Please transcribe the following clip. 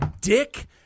dick